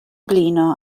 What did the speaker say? blino